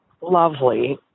lovely